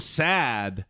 sad